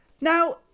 Now